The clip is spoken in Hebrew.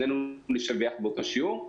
שנינו נשב יחד באותו שיעור,